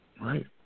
right